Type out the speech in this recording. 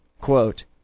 quote